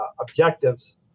objectives